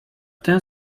ten